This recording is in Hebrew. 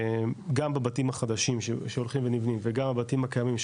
גם בבתים החדשים שהולכים ונבנים וגם בבתים הקיימים,